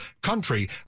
country